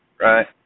right